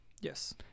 Yes